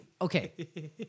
okay